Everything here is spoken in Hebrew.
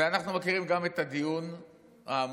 ואנחנו מכירים גם את הדיון העמוק